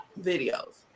videos